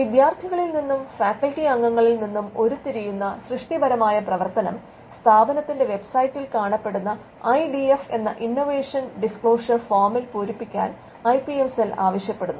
വിദ്യാർത്ഥികളിൽ നിന്നും ഫാക്കൽറ്റി അംഗങ്ങളിൽ നിന്നും ഉരുത്തിരിയുന്ന സൃഷ്ടിപരമായ പ്രവർത്തനം സ്ഥാപനത്തിന്റെ വെബ്സൈറ്റിൽ കാണപ്പെടുന്ന ഐ ഡി എഫ് എന്ന ഇൻവെൻഷൻ ഡിസ്ക്ലോഷർ ഫോമിൽ പൂരിപ്പിക്കാൻ ഐ പി എം സെൽ ആവശ്യപെടുന്നു